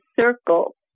circle